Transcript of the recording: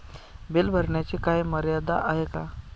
Bill भरण्याची काही मर्यादा आहे का?